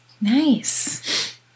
Nice